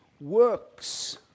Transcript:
works